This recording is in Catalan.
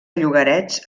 llogarets